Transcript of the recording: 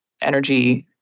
energy